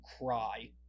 cry